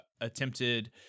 attempted